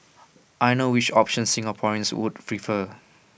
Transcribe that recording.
I know which option Singaporeans would prefer